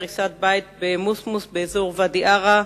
הריסת בית במוסמוס שבאזור ואדי-עארה.